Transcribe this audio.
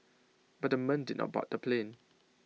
but the men did not bought the plane